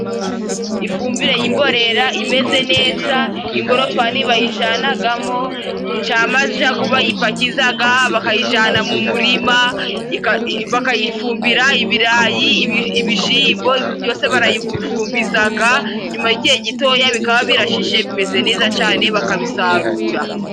Ifumbire y'imborera imeze neza, ingorofani bayijanagamo cya majagu bayipakizaga bakayijana mu murima bakayifumbira ibirayi , ibishimbo ,ibintu byose barayifumbizaga nyuma y'igihe gitoya bikaba birashishe bimeze neza cane bakabisarura.